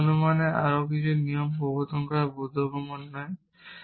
সুতরাং অনুমানের আরও নিয়ম প্রবর্তন করা বোধগম্য হয়